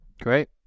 Great